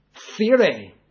Theory